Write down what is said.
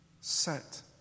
set